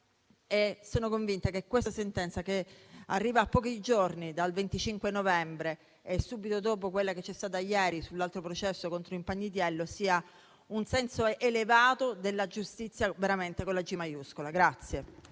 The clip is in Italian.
Sono convinta che questa sentenza, che arriva a pochi giorni dal 25 novembre, subito dopo quella che c'è stata ieri nel processo contro Impagnatiello, sia un senso elevato della giustizia con la g maiuscola.